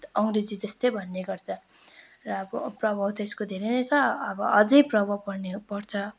अङ्ग्रेजी जस्तै भन्ने गर्छ र अब प्रभाव त्यसको धेरै नै छ अब अझै प्रभाव पर्ने पर्छ